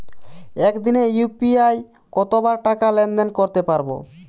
একদিনে ইউ.পি.আই কতবার টাকা লেনদেন করতে পারব?